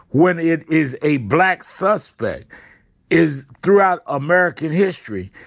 when it is a black suspect is throughout american history.